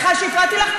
סליחה שהפרעתי לך.